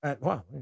Wow